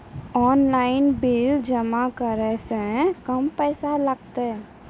Online bill जमा करै से कम पैसा लागतै?